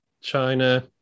China